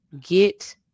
Get